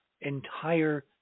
entire